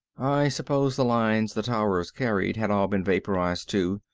i supposed the lines the towers carried had all been vaporized too,